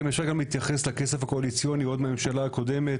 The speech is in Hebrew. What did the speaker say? רק אם אפשר גם להתייחס לכסף הקואליציוני עוד מהממשלה הקודמת,